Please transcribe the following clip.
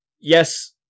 yes